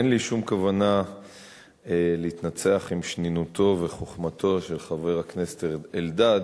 אין לי שום כוונה להתנצח עם שנינותו וחוכמתו של חבר הכנסת אלדד,